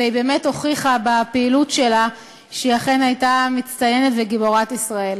והיא באמת הוכיחה בפעילות שלה שהיא אכן הייתה מצטיינת וגיבורת ישראל.